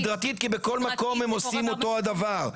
סדרתית כי בכל מקום הם עושים אותו הדבר.